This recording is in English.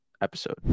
episode